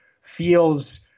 feels